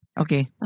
Okay